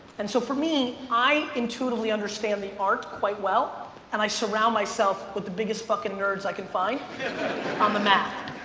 and so for me, i intuitively understand the art quite well and i surround myself with the biggest nerds i can find on the math.